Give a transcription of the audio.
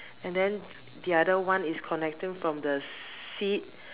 and then the other one is connecting from the seat